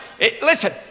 Listen